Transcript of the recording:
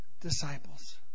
disciples